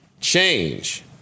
change